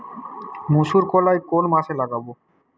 মুসুর কলাই কোন মাসে লাগাব?